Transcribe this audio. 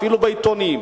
אפילו נכתב בעיתונים,